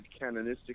canonistic